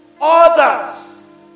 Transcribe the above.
others